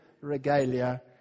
regalia